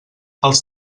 els